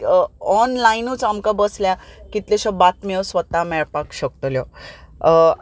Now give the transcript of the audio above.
ऑनलायनूच आमकां बसल्यार कितल्योश्योच बातम्यो स्वता मेळपाक शकतल्यो